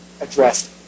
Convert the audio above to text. addressed